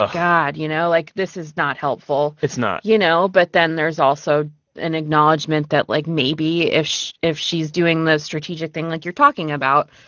ah god, you know, like, this is not helpful it's not you know, but then there's also an acknowledgement that like maybe if if she's doing the strategic thing like you're talking about,